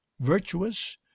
virtuous